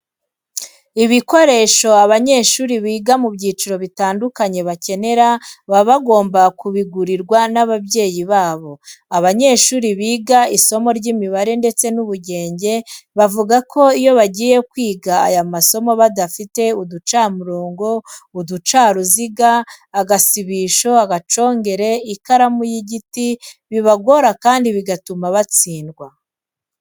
Ibikoresho abanyeshuri biga mu byiciro bitandukanye bakenera baba bagomba kubigurirwa n'ababyeyi babo. Abanyeshuri biga isomo ry'imibare ndetse n'ubugenge bavuga ko iyo bagiye kwiga aya masomo badafite uducamurongo, uducaruziga, agasibisho, agacongesho, ikaramu y'igiti bibagora kandi bigatuma batsindwa.